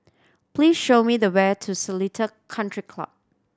please show me the way to Seletar Country Club